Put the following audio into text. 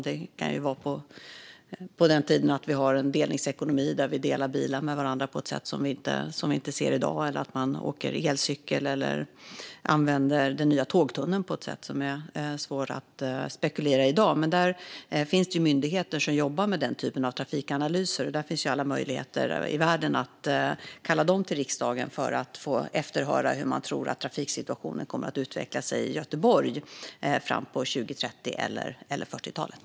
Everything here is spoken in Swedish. Det kan vara en tid när det finns en delningsekonomi där vi delar bilar med varandra på ett sätt som vi inte ser i dag eller att man använder elcykel eller den nya tågtunneln på ett sätt som det är svårt att spekulera om i dag. Det finns myndigheter som jobbar med den typen av trafikanalyser, och där finns alla möjligheter i världen att kalla dem till riksdagen för att efterhöra hur man tror att trafiksituationen kommer att utveckla sig i Göteborg fram på 2030 eller 2040-talet.